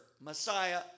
Messiah